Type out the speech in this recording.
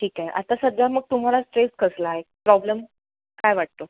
ठीक आहे आता सध्या मग तुम्हाला स्ट्रेस कसला आहे प्रॉब्लेम काय वाटतो